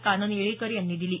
कानन येळीकर यांनी दिली